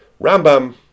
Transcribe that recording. Rambam